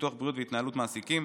ביטוח בריאות והתנהלות מעסיקים,